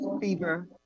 fever